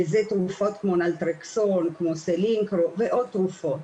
זה תרופות כמו נטרלסול, כמו סלינקרו ועוד תרופות.